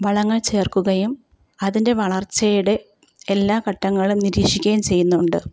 വളങ്ങൾ ചേർക്കുകയും അതിൻ്റെ വളർച്ചയുടെ എല്ലാ ഘട്ടങ്ങളും നിരീക്ഷിക്കുകയും ചെയ്യുന്നുണ്ട്